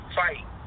fight